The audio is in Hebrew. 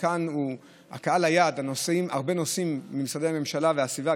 קהל היעד הוא הרבה נוסעים ממשרדי הממשלה והסביבה,